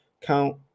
count